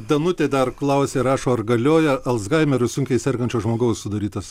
danutė dar klausia rašo ar galioja alzhaimeriu sunkiai sergančio žmogaus sudarytas